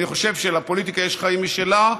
אני חושב שלפוליטיקה יש חיים משלה,